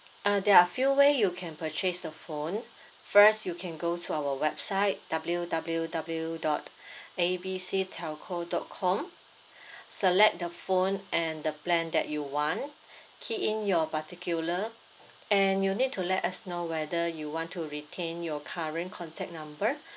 uh there are few way you can purchase the phone first you can go to our website W W W dot A B C telco dot com select the phone and the plan that you want key in your particular and you need to let us know whether you want to retain your current contact number